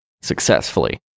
Successfully